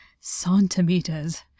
centimeters